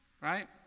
Right